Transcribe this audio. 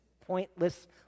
pointless